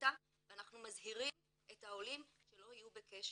הקליטה ואנחנו מזהירים את העולים שלא יהיו בקשר.